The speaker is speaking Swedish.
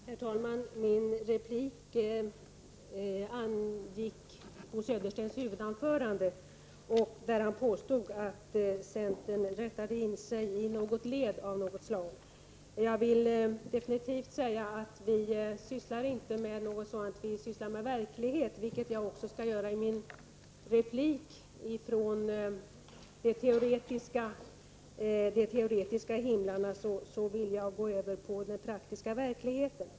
Herr talman! Min replik hänförde sig till Bo Söderstens huvudanförande, där han påstod att centern rättade in sig i ett led av något slag. Jag vill säga att vi definitivt inte sysslar med något sådant — vi sysslar med verklighet, vilket jag också skall göra i min replik. Från de teoretiska himlarna vill jag gå över till den praktiska verkligheten.